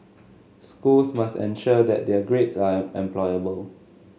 schools must ensure that their grades are employable